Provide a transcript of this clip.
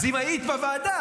אז אם היית בוועדה,